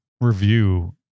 review